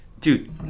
dude